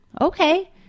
Okay